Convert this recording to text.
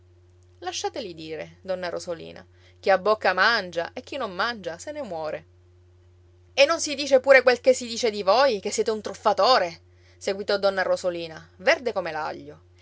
lasciateli dire donna rosolina chi ha bocca mangia e chi non mangia se ne muore e non si dice pure quel che si dice di voi che siete un truffatore seguitò donna rosolina verde come